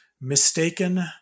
mistaken